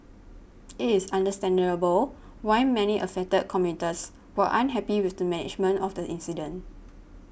it is understandable why many affected commuters were unhappy with the management of the incident